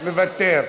מוותר,